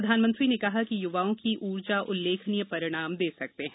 प्रधानमंत्री ने कहा कि युवाओं की ऊर्जा उल्लेखनीय परिणाम दे सकते हैं